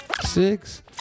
Six